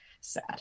sad